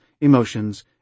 emotions